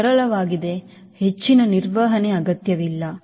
ಇದು ಸರಳವಾಗಿದೆ ಹೆಚ್ಚಿನ ನಿರ್ವಹಣೆ ಅಗತ್ಯವಿಲ್ಲ